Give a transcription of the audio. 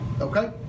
okay